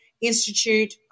Institute